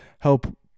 help